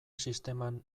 sisteman